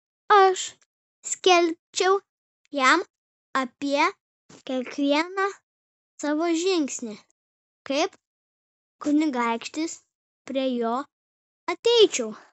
aš skelbčiau jam apie kiekvieną savo žingsnį kaip kunigaikštis prie jo ateičiau